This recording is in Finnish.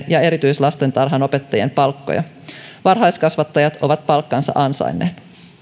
ja erityislastentarhanopettajien palkkoja varhaiskasvattajat ovat palkkansa ansainneet